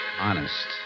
Honest